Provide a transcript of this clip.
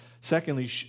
Secondly